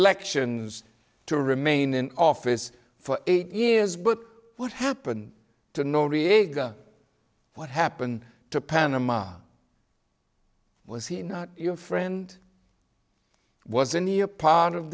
elections to remain in office for eight years but what happened to noriega what happened to panama was he not your friend was in the a part of